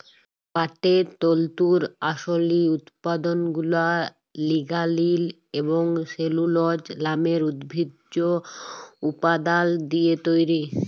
পাটের তল্তুর আসলি উৎপাদলগুলা লিগালিল এবং সেলুলজ লামের উদ্ভিজ্জ উপাদাল দিঁয়ে তৈরি